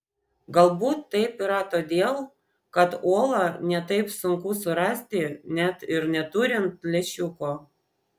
galbūt taip yra todėl kad uolą ne taip sunku surasti net ir neturint lęšiuko